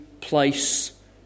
place